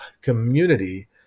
community